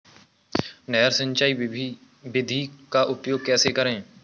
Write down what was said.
नहर सिंचाई विधि का उपयोग कैसे करें?